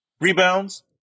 Rebounds